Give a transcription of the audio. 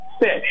fish